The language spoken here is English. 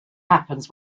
happens